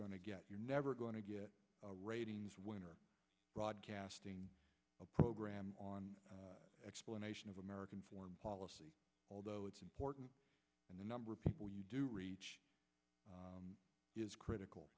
to get you're never going to get a ratings winner broadcasting a program on explanation of american foreign policy although it's important in the number of people you do reach is critical